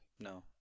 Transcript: No